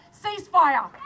ceasefire